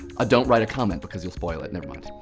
ah don't write a comment because you'll spoil it never mind.